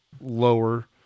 lower